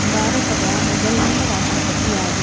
ಭಾರತದ ಮೊದಲನೇ ರಾಷ್ಟ್ರಪತಿ ಯಾರು